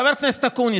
חבר הכנסת גפני,